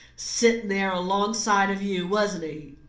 sitting there alongside of you, wasn't he?